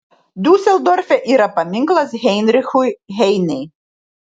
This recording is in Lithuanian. diuseldorfe yra paminklas heinrichui heinei